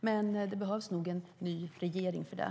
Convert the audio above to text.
Men det behövs nog en ny regering för det.